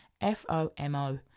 F-O-M-O